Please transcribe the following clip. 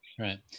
Right